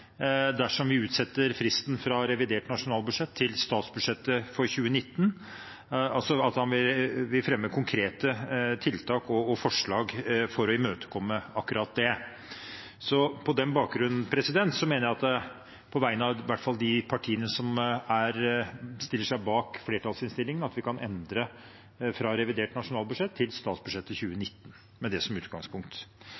dersom vi utsetter fristen fra revidert nasjonalbudsjett til statsbudsjettet for 2019 – altså at han vil fremme konkrete tiltak og forslag for å imøtekomme akkurat det. Så på den bakgrunn mener jeg, på vegne av i hvert fall de partiene som stiller seg bak flertallsinnstillingen, at vi kan endre fra revidert nasjonalbudsjett til statsbudsjettet